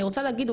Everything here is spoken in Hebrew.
אני רוצה להגיד,